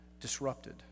disrupted